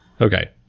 Okay